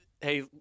hey